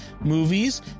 movies